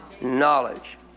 knowledge